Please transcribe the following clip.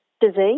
disease